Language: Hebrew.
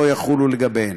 לא יחולו לגביהן.